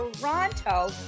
Toronto